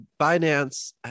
Binance